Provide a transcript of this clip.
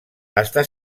està